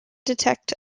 detect